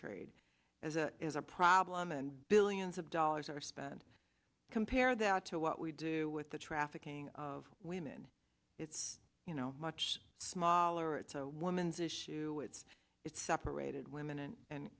trade as a is a problem and billions of dollars are spent compare that to what we do with the trafficking of women it's you know much smaller it's a woman's issue it's it's separated women and